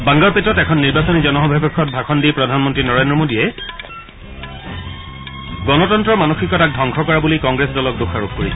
বাংগাৰপেটত এখন নিৰ্বাচনী জনসমাবেশত ভাষণ দি প্ৰধানমন্ত্ৰী নৰেদ্ৰ মোডীয়ে মানসিকতাক ধবংস কৰা বুলি কংগ্ৰেছ দলক দোষাৰোপ কৰিছে